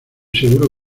seguro